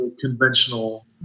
Conventional